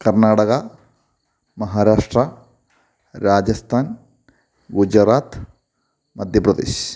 Karnataka Maharashtra രാജസ്താന് Gujarat Madhya Pradesh